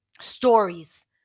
stories